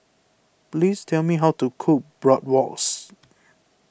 please tell me how to cook Bratwurst